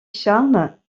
charles